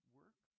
work